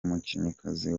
umukinnyikazi